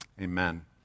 Amen